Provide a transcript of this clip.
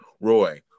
Roy